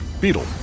Beetle